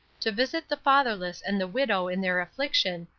to visit the fatherless and the widow in their affliction,